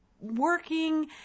working